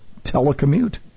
telecommute